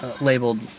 labeled